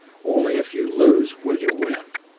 only if you lose will you win.